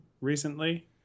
recently